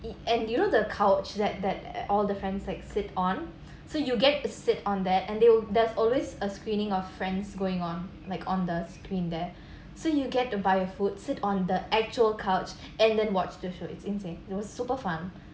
it and you know the couch that that all the friends like sit on so you get to sit on that and they'll there's always a screening of friends going on like on the screen there so you get to buy food sit on the actual couch and then watch the show it's insane it was super fun